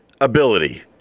ability